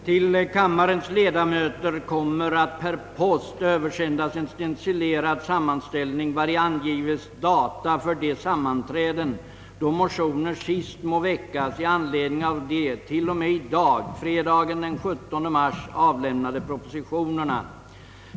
Till kammarens ledamöter kommer att per post översändas en stencilerad sammanställning, vari angives data för de sammanträden, då motioner sist må väckas i anledning av de till och med i dag, fredagen den 17 mars, avlämnade propositionerna.